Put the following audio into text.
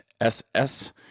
ss